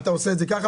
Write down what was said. אתה עושה את זה ככה?